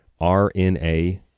RNA